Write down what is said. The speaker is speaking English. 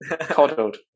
coddled